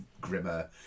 grimmer